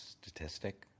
statistic